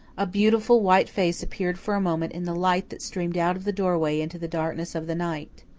a beautiful, white face appeared for a moment in the light that streamed out of the doorway into the darkness of the night.